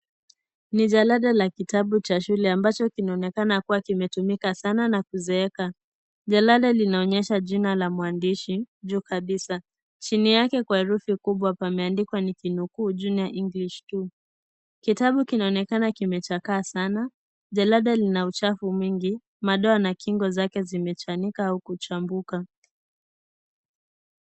Ni jalada la kitabu cha shule ambacho kinaonekena kuwa kimetumika sana na kuzeeka jalada linaonyesha jina la mwandishi juu kabisa chini yake kwa herufi kubwa pameandikwa niki nukuu Junior English 2 kitabu kinaonekana kimechakaa sana jalada lina uchafu mwingi madoa na kingo zake zimechanuka au kuchambuka.